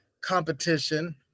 competition